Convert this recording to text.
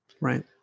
Right